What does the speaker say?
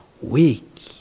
weak